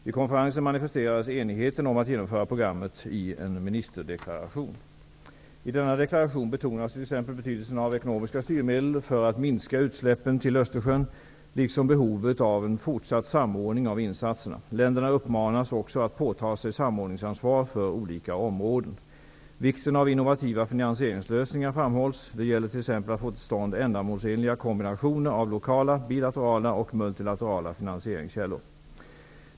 Vid konferensen manifesterades enigheten om att genomföra programmet i en ministerdeklaration. I denna deklaration betonas t.ex. betydelsen av ekonomiska styrmedel för att minska utsläppen till Östersjön, liksom behovet av en fortsatt samordning av insatserna. Länderna uppmanas också att påta sig samordningsansvar för olika områden. Vikten av innovativa finansieringslösningar framhålls. Det gäller t.ex. att få till stånd ändamålsenliga kombinationer av lokala, bilaterala och multilaterala finansieringskällor.